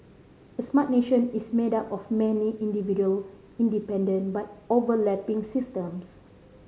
a smart nation is made up of many individual independent but overlapping systems